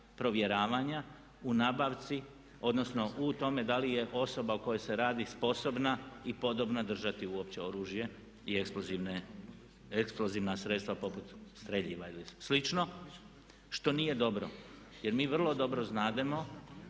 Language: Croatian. provjeravanja u nabavci odnosno u tome da li je osoba o kojoj se radi sposobna i podobna držati uopće oružje i eksplozivna sredstva poput streljiva ili slično što nije dobro. Jer mi vrlo dobro znamo